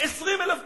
20,000 דולר.